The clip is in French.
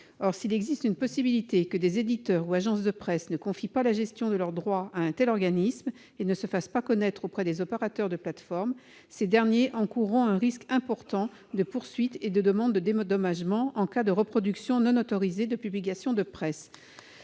Or, s'il existe une possibilité que des éditeurs ou agences de presse ne confient pas la gestion de leurs droits à un tel organisme et ne se fassent pas connaître auprès des opérateurs de plateformes, ces derniers encourront un risque important de poursuites et de demandes de dédommagements en cas de reproduction non autorisée de publications de presse.